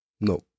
No